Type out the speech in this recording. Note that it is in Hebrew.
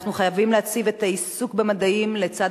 אנחנו חייבים להציב את העיסוק במדעים לצד